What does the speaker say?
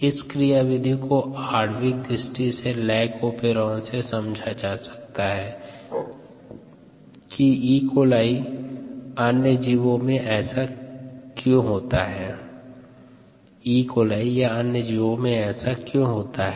इस क्रियाविधि को आण्विक दृष्टि से लैक ओपेरोन से समझा जा सकता है कि ई कोलाई E coli या अन्य जीवों में ऐसा क्यों होता है